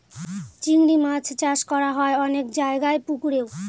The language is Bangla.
চিংড়ি মাছ চাষ করা হয় অনেক জায়গায় পুকুরেও